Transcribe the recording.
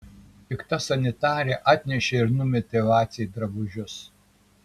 pikta sanitarė atnešė ir numetė vacei drabužius